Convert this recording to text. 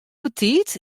betiid